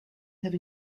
have